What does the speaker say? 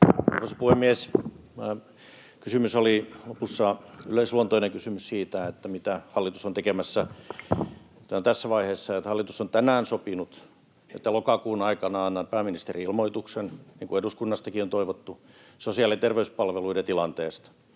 Arvoisa puhemies! Kysymys oli lopussa yleisluontoinen kysymys siitä, mitä hallitus on tekemässä. Totean tässä vaiheessa, että hallitus on tänään sopinut, että lokakuun aikana annan pääministerin ilmoituksen, niin kuin eduskunnastakin on toivottu, sosiaali- ja terveyspalveluiden tilanteesta.